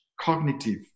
cognitive